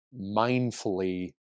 mindfully